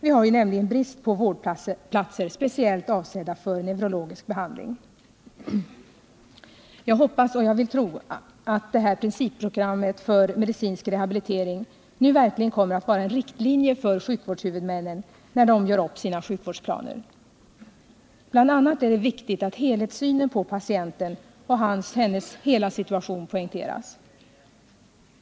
Vi har nämligen brist på vårdplatser speciellt avsedda Jag hoppas och vill tro att det här principprogrammet för medicinsk rehabilitering nu verkligen kommer att vara en riktlinje för sjukvårdshuvudmännen när de gör upp sina sjukvårdsplaner. Bl. a. är det viktigt att helhetssynen på patienten och hans/hennes hela situation poängteras.